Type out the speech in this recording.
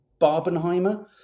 Barbenheimer